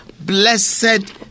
Blessed